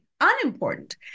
unimportant